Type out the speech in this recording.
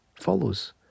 follows